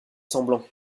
semblant